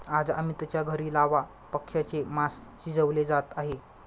आज अमितच्या घरी लावा पक्ष्याचे मास शिजवले जात आहे